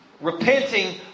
repenting